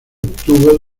obtuvo